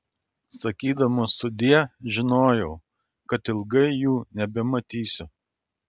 sakydamas sudie žinojau kad ilgai jų nebematysiu